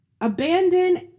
abandon